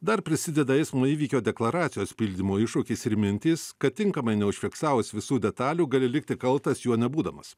dar prisideda eismo įvykio deklaracijos pildymo iššūkis ir mintys kad tinkamai neužfiksavus visų detalių gali likti kaltas juo nebūdamas